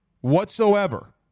whatsoever